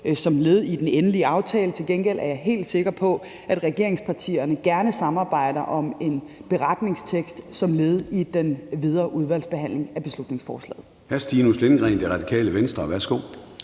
som led i den endelige aftale. Til gengæld er jeg helt sikker på, at regeringspartierne gerne samarbejder om en beretningstekst som led i den videre udvalgsbehandling af beslutningsforslaget. Kl. 10:29 Formanden (Søren Gade): Hr.